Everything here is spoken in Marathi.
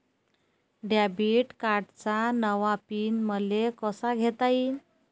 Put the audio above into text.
डेबिट कार्डचा नवा पिन मले कसा घेता येईन?